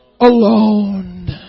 alone